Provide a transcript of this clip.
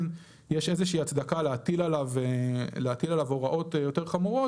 יש איזושהי הצדקה להטיל עליו הוראות יותר חמורות.